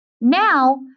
Now